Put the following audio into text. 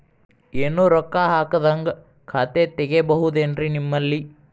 ಏನು ರೊಕ್ಕ ಹಾಕದ್ಹಂಗ ಖಾತೆ ತೆಗೇಬಹುದೇನ್ರಿ ನಿಮ್ಮಲ್ಲಿ?